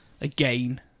Again